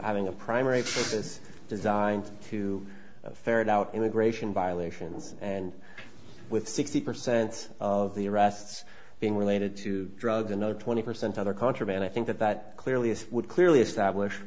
having a primary focus designed to ferret out immigration violations and with sixty percent of the arrests being related to drugs another twenty percent other contraband i think that that clearly this would clearly establish